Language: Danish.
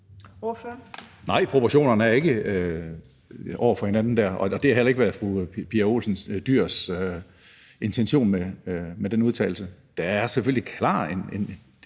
Nej, proportionerne er der ikke over for hinanden, og det har heller ikke været fru Pia Olsen Dyhrs intention med den udtalelse. Der er selvfølgelig klart en